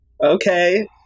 Okay